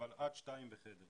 אבל רק שתיים בחדר,